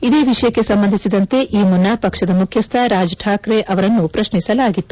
ಇದೇ ವಿಷಯಕ್ಕೆ ಸಂಬಂಧಿಸಿದಂತೆ ಈ ಮುನ್ನ ಪಕ್ಷದ ಮುಖ್ಯಸ್ಥ ರಾಜ್ ಕಾಕ್ರೆ ಅವರನ್ನೂ ಪ್ರಶ್ನಿಸಲಾಗಿತ್ತು